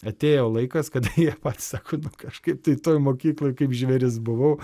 atėjo laikas kad jie patys sako nu kažkaip toj mokykloj kaip žvėris buvau